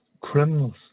criminals